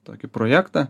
tokį projektą